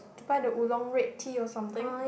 to buy the Oolong red tea or something